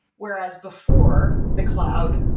whereas before the cloud,